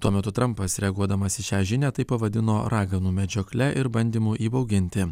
tuo metu trampas reaguodamas į šią žinią tai pavadino raganų medžiokle ir bandymu įbauginti